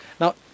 Now